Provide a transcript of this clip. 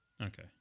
Okay